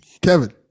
Kevin